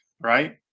right